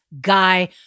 guy